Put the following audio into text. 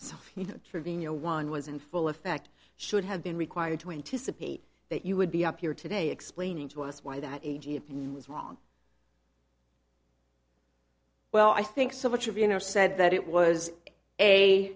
so you know trevino won was in full effect should have been required to anticipate that you would be up here today explaining to us why that a g opinion was wrong well i think so much of you know said that it was a